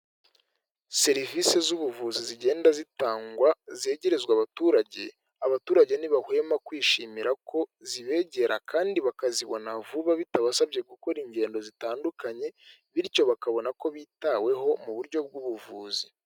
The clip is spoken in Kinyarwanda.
Serivisi z'ubuvuzi zigenda zitangwa zegerezwa abaturage, abaturage ntibahwema kwishimira ko zibegera kandi bakazibona vuba bitabasabye gukora ingendo zitandukanye bityo bakabona ko bitaweho mu buryo bw'ubuvuzi.